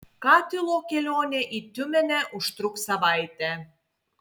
katilo kelionė į tiumenę užtruks savaitę